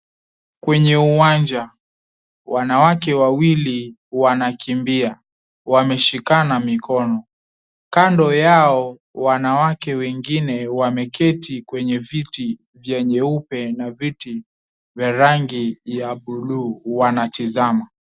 Kwenye uwanja, wanawake wawili wanakimbia, wameshikana mikono, kando yao wanawake wengine wameketi kwenye viti vya nyeupe na viti vya rangi ya buluu, wanatizama.